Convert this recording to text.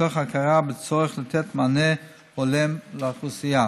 מתוך ההכרה בצורך לתת מענה הולם לאוכלוסייה.